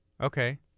Okay